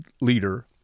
leader